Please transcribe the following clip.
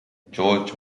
george